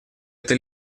это